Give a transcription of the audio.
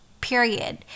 Period